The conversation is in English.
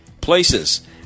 Places